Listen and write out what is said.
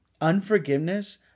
Unforgiveness